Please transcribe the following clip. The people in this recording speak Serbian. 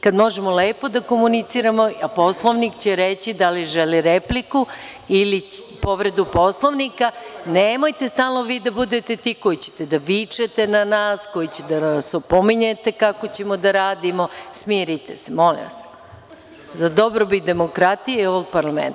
kada možemo lepo da komuniciramo, a poslanik će reći da li želi repliku ili povredu Poslovnika, nemojte stalno vi da budete ti koji ćete da vičete na nas, koji ćete da nas opominjete kako ćemo da radimo, smirite se, molim vas, za dobrobit demokratije i ovog parlamenta.